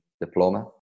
diploma